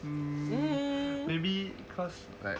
mmhmm maybe cause like